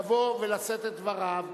לבוא ולשאת את דבריו.